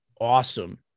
awesome